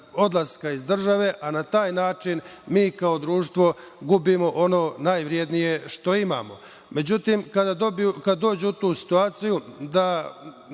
odlaska iz države, a na taj način mi kao društvo gubimo ono najvrednije što imamo.Međutim, kada dođu u tu situaciju da